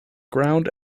ground